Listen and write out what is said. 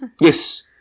Yes